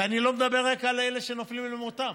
אני לא מדבר רק על אלה שנופלים למותם,